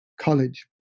college